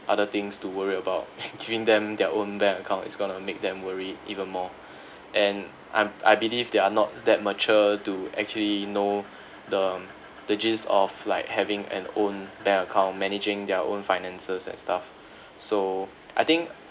other things to worry about giving them their own bank account is gonna make them worry even more and I'm I believe they are not that mature to actually know the um the gist of like having an own bank account managing their own finances and stuff so I think